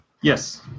Yes